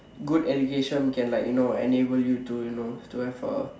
good education can like you know enable you to you know to have a